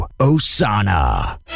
Osana